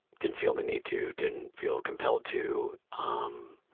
didn't feel the need to. didn't feel compelled to. um